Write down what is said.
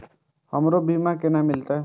हमरो बीमा केना मिलते?